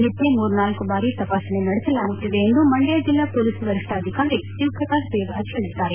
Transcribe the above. ನಿತ್ಯ ಮೂರ್ನಾಲ್ಲು ಬಾರಿ ತಪಾಸಣೆ ನಡೆಸಲಾಗುತ್ತಿದೆ ಎಂದು ಮಂಡ್ಯ ಜಿಲ್ಲಾ ಮೊಲೀಸ್ ವರಿಷ್ಠಾಧಿಕಾರಿ ಶಿವಪ್ರಕಾಶ್ ದೇವರಾಜ್ ಹೇಳಿದ್ದಾರೆ